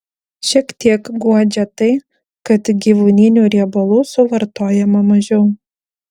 šiek tiek guodžia tai kad gyvūninių riebalų suvartojama mažiau